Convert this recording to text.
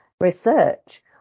research